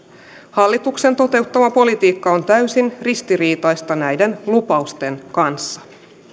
hallituksen toteuttama politiikka on täysin ristiriitaista näiden lupausten kanssa